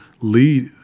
lead